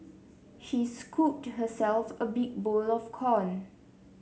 she scooped herself a big bowl of corn